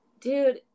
dude